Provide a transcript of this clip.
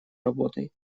работой